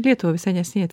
lietuvą visai neseniai